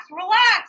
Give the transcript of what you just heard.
relax